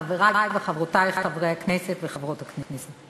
חברי וחברותי חברי וחברות הכנסת,